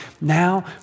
Now